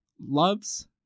loves